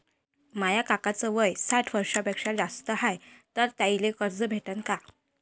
माया काकाच वय साठ वर्षांपेक्षा जास्त हाय तर त्याइले कर्ज भेटन का?